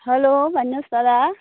hello भन्नुहोस् दादा